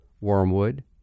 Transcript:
Wormwood